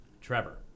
trevor